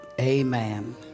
Amen